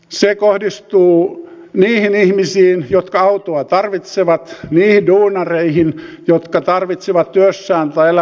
se kohdistuu niihin ihmisiin jotka autoa tarvitsevat niihin duunareihin jotka tarvitsevat työssään tai muutoin elämässään autoa